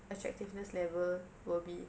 attractiveness level will be